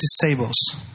disables